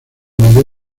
mayor